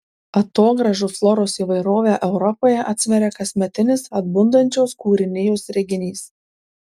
atogrąžų floros įvairovę europoje atsveria kasmetinis atbundančios kūrinijos reginys